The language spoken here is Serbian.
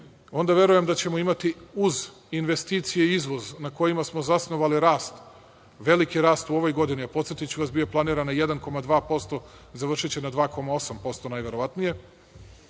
Onda, verujem da ćemo imati uz investicije i izvoz, na kojima smo zasnovali rast, veliki rast u ovoj godini. Podsetiću vas, bio je planiran na 1,2%, a završiće na 2,8% najverovatnije.